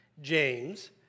James